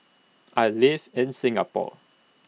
I live in Singapore